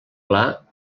pla